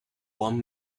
one